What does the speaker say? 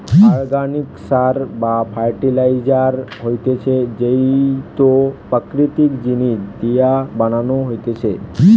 organic সার বা fertiliser হতিছে যেইটো প্রাকৃতিক জিনিস দিয়া বানানো হতিছে